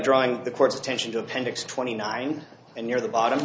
drawing the court's attention to appendix twenty nine and near the bottom